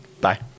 Bye